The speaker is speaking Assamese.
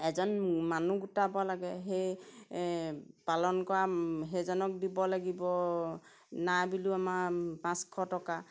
এজন মানুহ গোটাব লাগে সেই পালন কৰা সেইজনক দিব লাগিব নাই বুলিও আমাৰ পাঁচশ টকা